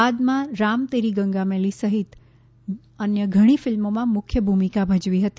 બાદમાં રામ તેરી ગંગા મેલી સહિત અન્ય ઘણી ફિલ્મોમાં મુખ્ય ભૂમિકા ભજવી હતી